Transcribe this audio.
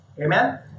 Amen